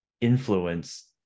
influence